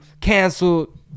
canceled